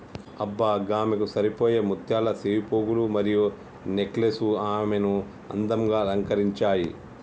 అబ్బ గామెకు సరిపోయే ముత్యాల సెవిపోగులు మరియు నెక్లెస్ ఆమెను అందంగా అలంకరించాయి